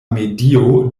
medio